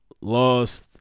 Lost